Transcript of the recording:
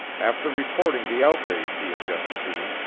after reporting the outrage he had just seen,